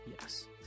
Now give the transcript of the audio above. yes